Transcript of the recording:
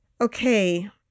okay